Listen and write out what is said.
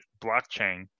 blockchain